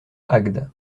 agde